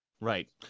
Right